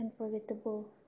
unforgettable